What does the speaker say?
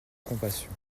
compassion